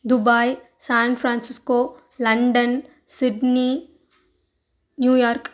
Dubai San Francisco London Sydney New York